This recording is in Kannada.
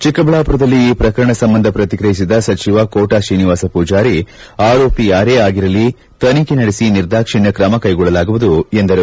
ಚಿಕ್ಕಬಳ್ಳಾಮರದಲ್ಲಿ ಈ ಪ್ರಕರಣ ಸಂಬಂಧ ಪ್ರತಿಕ್ರಿಯಿಸಿದ ಕೋಟಾ ಶ್ರೀನಿವಾಸ ಪೂಜಾರಿ ಆರೋಪಿ ಯಾರೇ ಆಗಿರಲಿ ತನಿಖೆ ನಡೆಸಿ ನಿರ್ಧಾಕ್ಷಿಣ್ಯ ಕ್ರಮ ಕೈಗೊಳ್ಳಲಾಗುವುದು ಎಂದರು